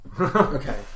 Okay